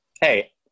Hey